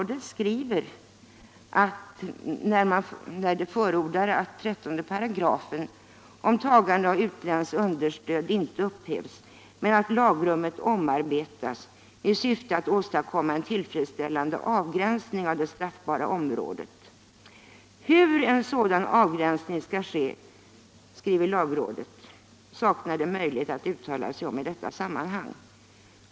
Det skriver nämligen följande, när det förordar att 13 §, om tagande av utländskt understöd, inte upphävs men att lagrummet omarbetas i syfte att åstadkomma en tillfredsställande avgränsning av det straffbara området: ”Hur en sådan avgränsning skall ske saknar lagrådet möjlighet att uttala sig om i detta sammanhang.